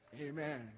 amen